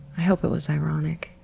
hope it was ironic.